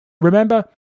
Remember